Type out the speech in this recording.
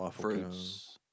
fruits